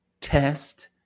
test